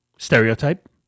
Stereotype